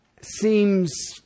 seems